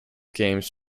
games